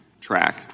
track